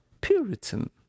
Puritan